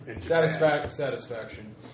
Satisfaction